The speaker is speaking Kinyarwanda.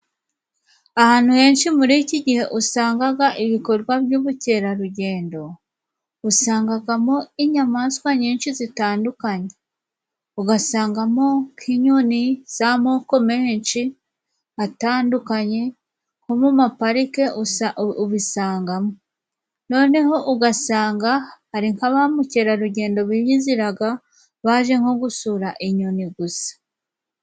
Ahantu henshi muri iki gihe usangaga ibikorwa by'ubukerarugendo, usangagamo inyamaswa nyinshi zitandukanye, ugasangamo nk'inyoni z'amoko menshi atandukanye nko mu maparike ubisangamo noneho ugasanga hari nk'abamukerarugendo biyiziraga baje nko gusura inyoni gusa.